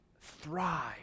thrive